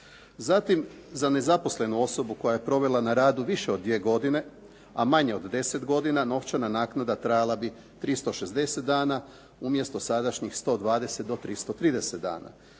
Zatim, za nezaposlenu osobu koja je provela na radu više od 2 godine, a manje od 10 godina novčana naknada trajala bi 360 dana umjesto sadašnjih 120 do 330 dana.